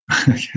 Okay